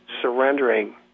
surrendering